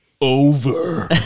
over